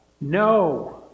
no